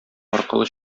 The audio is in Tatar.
аркылы